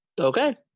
Okay